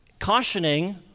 cautioning